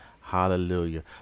hallelujah